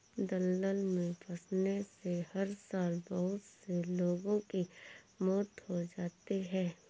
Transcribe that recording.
दलदल में फंसने से हर साल बहुत से लोगों की मौत हो जाती है